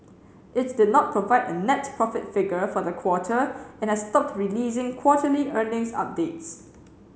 it did not provide a net profit figure for the quarter and has stopped releasing quarterly earnings updates